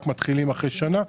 רק מתחילים אחרי שנה,